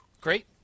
Great